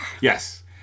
Yes